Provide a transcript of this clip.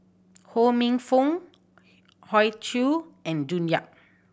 Ho Minfong Hoey Choo and June Yap